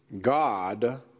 God